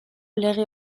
lege